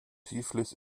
tiflis